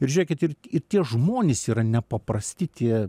ir žiūrėkit ir ir tie žmonės yra nepaprasti tie